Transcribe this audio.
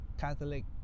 Catholic